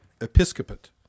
Episcopate